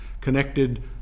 connected